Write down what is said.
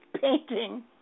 painting